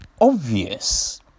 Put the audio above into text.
obvious